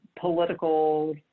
political